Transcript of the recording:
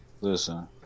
listen